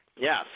Yes